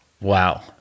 wow